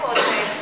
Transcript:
לא אמרתי את זה,